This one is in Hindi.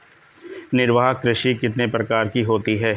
निर्वाह कृषि कितने प्रकार की होती हैं?